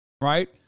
Right